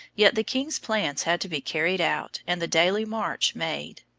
yet the king's plans had to be carried out and the daily march made.